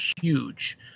huge